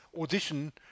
audition